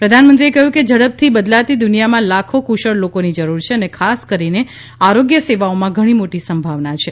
પ્રધાનમંત્રીએ કહ્યું કે ઝડપથી બદલાતી દુનિયામાં લાખો કુશળ લોકોની જરૂર છે અને ખાસ કરીને આરોગ્ય સેવાઓમાં ઘણી મોટી સંભાવના છે